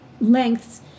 lengths